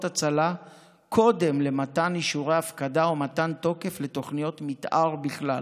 הצלה קודם למתן אישורי הפקדה ומתן תוקף לתוכניות מתאר בכלל.